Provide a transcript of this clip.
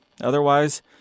Otherwise